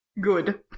Good